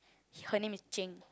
her name is Jing